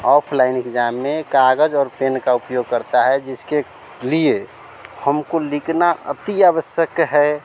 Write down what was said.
offline exam में काग़ज़ और पेन का उपयोग करते हैं जिसके लिए हमको लिखना अति आवश्यक है